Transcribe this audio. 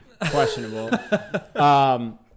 questionable